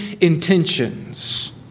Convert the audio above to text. intentions